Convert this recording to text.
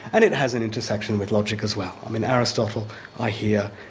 and it has an intersection with logic as well. i mean aristotle i hear,